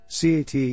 CAT